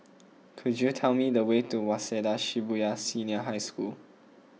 could you tell me the way to Waseda Shibuya Senior High School